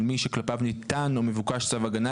של מי שכלפיו ניתן או מבוקש צו הגנה,